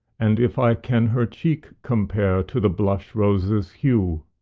and if i can her cheek compare to the blush-rose's hue?